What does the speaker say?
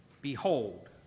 Behold